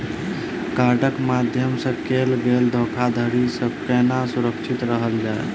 कार्डक माध्यम सँ कैल गेल धोखाधड़ी सँ केना सुरक्षित रहल जाए?